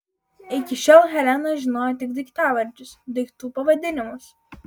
iki šiol helena žinojo tik daiktavardžius daiktų pavadinimus